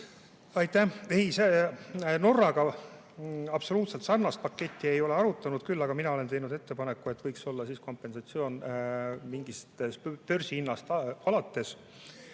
Aitäh! Ei, Norraga absoluutselt sarnast paketti ei arutanud. Küll aga mina olen teinud ettepaneku, et võiks olla kompensatsioon mingist börsihinnast alates.